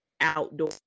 outdoor